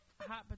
Hot